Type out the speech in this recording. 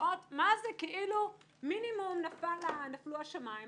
שנשמעות כאילו מינימום נפלו השמיים,